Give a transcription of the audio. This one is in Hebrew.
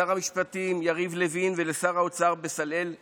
לשר המשפטים יריב לוין ולשר האוצר בצלאל סמוטריץ'.